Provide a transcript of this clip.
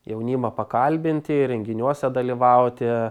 jaunimą pakalbinti ir renginiuose dalyvauti